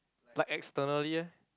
like externally leh